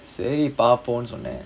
சரி பாப்போனு சொன்னே:sari paapponu sonnae